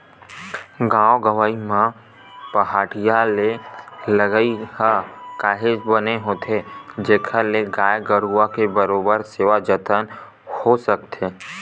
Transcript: गाँव गंवई म पहाटिया के लगई ह काहेच बने होथे जेखर ले गाय गरुवा के बरोबर सेवा जतन हो सकथे